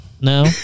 no